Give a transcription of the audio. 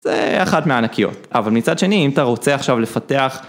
זה אחת מהענקיות אבל מצד שני אם אתה רוצה עכשיו לפתח